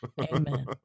Amen